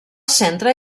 centre